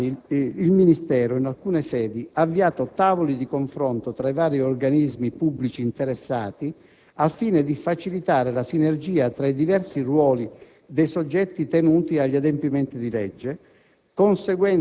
infatti, in alcune sedi, ha avviato tavoli di confronto tra i vari organismi pubblici interessati, al fine di facilitare la sinergia tra i diversi ruoli dei soggetti tenuti agli adempimenti di legge,